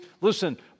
listen